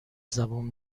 زبون